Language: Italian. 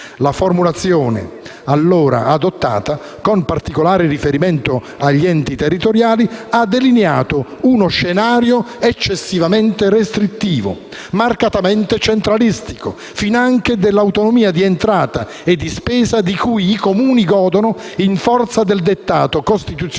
Le formulazioni allora adottate, con particolare riferimento agli enti territoriali, hanno delineato uno scenario eccessivamente restrittivo, marcatamente centralistico, finanche dell'autonomia di entrata e di spesa di cui i Comuni godono in forza del dettato costituzionale,